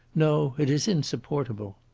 no, it is insupportable.